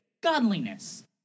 godliness